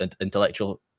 intellectual